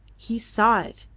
he saw it.